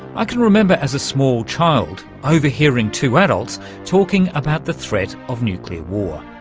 i can remember as a small child overhearing two adults talking about the threat of nuclear war,